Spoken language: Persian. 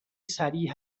سریع